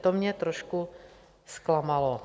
To mě trošku zklamalo.